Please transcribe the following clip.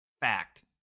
fact